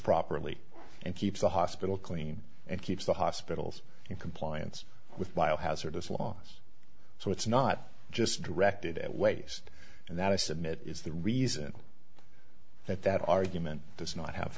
properly and keeps the hospital clean and keeps the hospitals in compliance with while hazardous loss so it's not just directed at waste and that i submit is the reason that that argument does not have